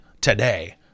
today